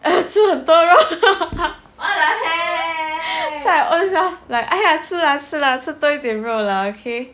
吃很多肉 so I ownself like !aiya! 吃了吃了吃多一点肉 lah okay